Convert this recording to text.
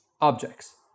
objects